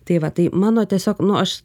tai va tai mano tiesiog nu aš